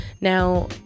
now